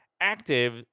active